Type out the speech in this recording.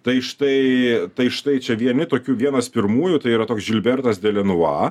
tai štai tai štai čia vieni tokių vienas pirmųjų tai yra toks žilbertas de lenua